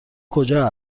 کجا